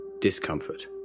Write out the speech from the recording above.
discomfort